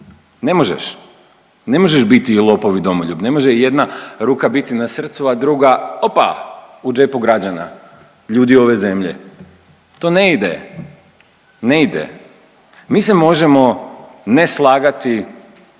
ne možeš. Ne možeš biti i lopov i domoljub, ne može jedna ruka biti na srcu, a druga opa u džepu građana, ljudi ove zemlje. To ne ide. Ne ide. Mi se možemo ne slagati